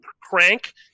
crank